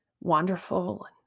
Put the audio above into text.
wonderful